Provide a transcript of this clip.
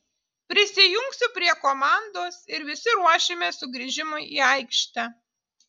prisijungsiu prie komandos ir visi ruošimės sugrįžimui į aikštę